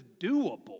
doable